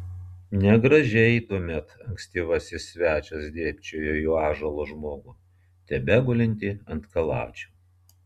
negražiai tuomet ankstyvasis svečias dėbčiojo į ąžuolo žmogų tebegulintį ant kaladžių